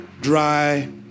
dry